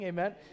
Amen